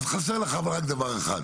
אבל חסר לך רק דבר אחד,